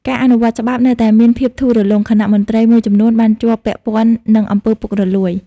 ការអនុវត្តច្បាប់នៅតែមានភាពធូររលុង ខណៈមន្ត្រីមួយចំនួនបានជាប់ពាក់ព័ន្ធនឹងអំពើពុករលួយ។